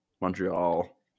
montreal